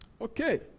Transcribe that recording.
Okay